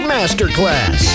Masterclass